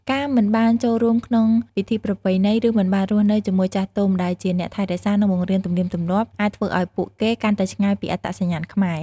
ការមិនបានចូលរួមក្នុងពិធីប្រពៃណី ឬមិនបានរស់នៅជាមួយចាស់ទុំ ដែលជាអ្នកថែរក្សា និងបង្រៀនទំនៀមទម្លាប់ អាចធ្វើឱ្យពួកគេកាន់តែឆ្ងាយពីអត្តសញ្ញាណខ្មែរ។